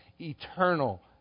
eternal